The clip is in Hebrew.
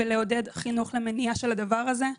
ולעודד חינוך למניעה של הדבר הזה.